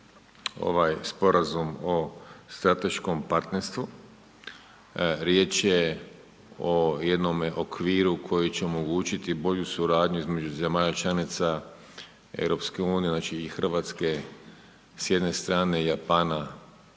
ovaj Sporazum o strateškom partnerstvu. Riječ je o jednome okviru koji će omogućiti i bolju suradnju između zemalja članica EU, znači i Hrvatske s jedne strane i Japana